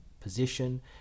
position